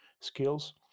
skills